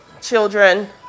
children